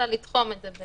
אלא לתחום את זה.